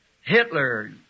Hitler